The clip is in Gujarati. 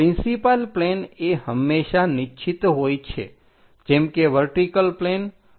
પ્રિન્સિપાલ પ્લેન એ હંમેશા નિશ્ચિત હોય છે જેમ કે વર્ટિકલ પ્લેન હોરીજન્ટલ પ્લેન